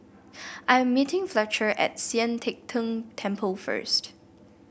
I am meeting Fletcher at Sian Teck Tng Temple first